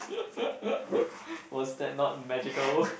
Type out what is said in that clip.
was that not magical